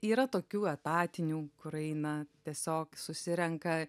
yra tokių etatinių kur eina tiesiog susirenka